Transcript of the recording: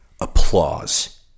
applause